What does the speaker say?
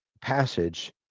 passage